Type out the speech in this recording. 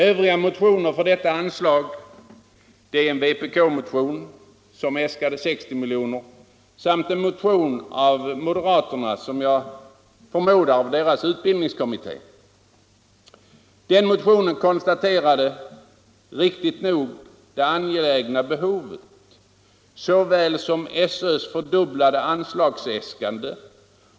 Övriga motioner i fråga om detta anslag utgörs av en vpk-motion, i vilken äskas 60 milj.kr., och av en motion från moderaternas - som jag förmodar — utbildningskommitté. I den senare motionen konstateras riktigt nog det angelägna behovet liksom man instämmer i SÖ:s fördubblade anslagsäskande.